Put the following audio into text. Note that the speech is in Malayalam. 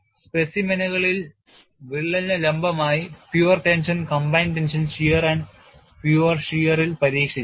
Specimen കൾ വിള്ളലിന് ലംബമായി pure tension combined tension shear and pure shear ൽ പരീക്ഷിച്ചു